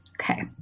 Okay